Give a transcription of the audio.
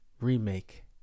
Remake